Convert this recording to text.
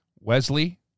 Wesley